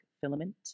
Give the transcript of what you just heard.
filament